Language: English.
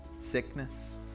sickness